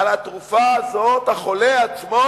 על התרופה הזאת החולה עצמו